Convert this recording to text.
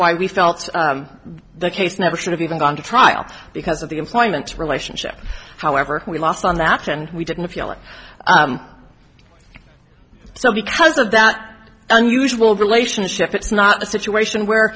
why we felt the case never should have even gone to trial because of the employment relationship however we lost on that and we didn't feel it so because of that unusual relationship it's not a situation where